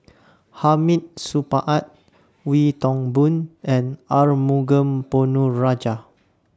Hamid Supaat Wee Toon Boon and Arumugam Ponnu Rajah